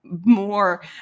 more